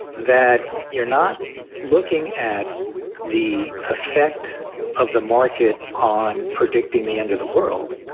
that you're not looking at the effect of the market on predicting the end of the world.